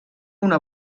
una